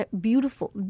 beautiful